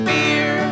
beer